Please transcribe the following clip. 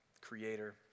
creator